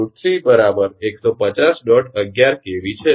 11 𝑘𝑉 છે